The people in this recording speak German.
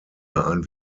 ein